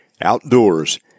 outdoors